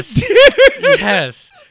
Yes